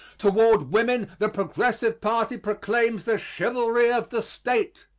toward women the progressive party proclaims the chivalry of the state.